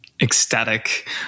ecstatic